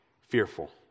fearful